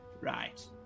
Right